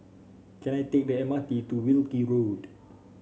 can I take the M R T to Wilkie Road